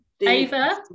Ava